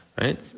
right